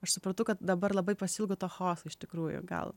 aš supratau kad dabar labai pasiilgau to chaoso iš tikrųjų gal